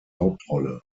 hauptrolle